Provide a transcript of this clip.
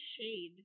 shade